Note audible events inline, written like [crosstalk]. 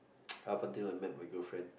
[noise] up until I meet my girlfriend